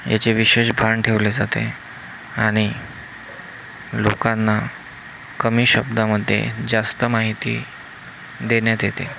याचे विशेष भान ठेवले जाते आणि लोकांना कमी शब्दामध्ये जास्त माहिती देण्यात येते